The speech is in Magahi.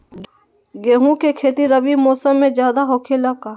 गेंहू के खेती रबी मौसम में ज्यादा होखेला का?